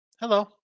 Hello